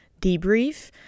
debrief